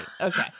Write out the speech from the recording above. okay